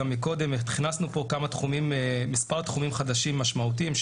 הכנסנו מספר תחומים חדשים משמעותיים,